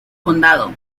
condado